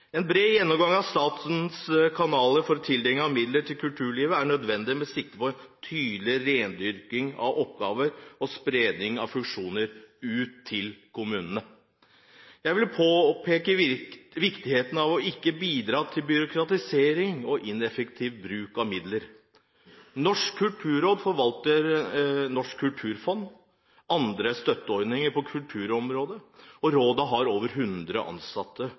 En bred gjennomgang av statens kanaler for tildeling av midler til kulturlivet er nødvendig med sikte på tydeligere rendyrking av oppgaver og spredning av funksjoner ut til kommunene. Jeg vil påpeke viktigheten av ikke å bidra til byråkratisering og ineffektiv bruk av midler. Norsk kulturråd forvalter Norsk kulturfond og andre støtteordninger på kulturområdet. Rådet har over 100 ansatte